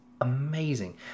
amazing